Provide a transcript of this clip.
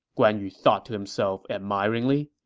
guan yu thought to himself admiringly.